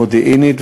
מודיעינית,